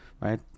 right